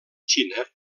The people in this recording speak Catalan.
xina